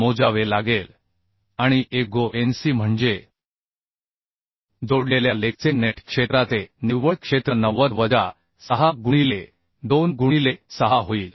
मोजावे लागेल आणि ago nc म्हणजे जोडलेल्या लेगचे नेट क्षेत्राचे निव्वळ क्षेत्र 90 वजा 6 गुणिले 2 गुणिले 6 होईल